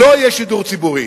לא יהיה שידור ציבורי,